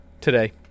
today